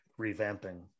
revamping